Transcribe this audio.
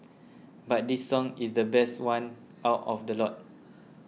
but this song is the best one out of the lot